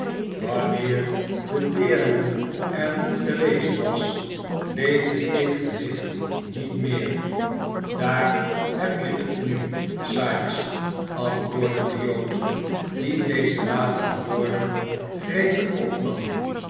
wanneer de deerne er niet geweest was leefde ik wellicht niet meer daar heb je het nu sikes antwoordde de jood die deze laatste woorden gretig opnam